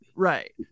right